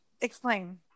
Explain